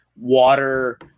water